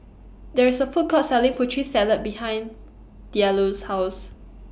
There IS A Food Court Selling Putri Salad behind Diallo's House